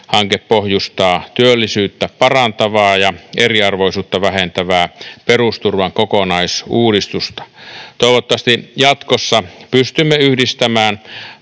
Hanke pohjustaa työllisyyttä parantavaa ja eriarvoisuutta vähentävää perusturvan kokonaisuudistusta. Toivottavasti jatkossa pystymme yhdistämään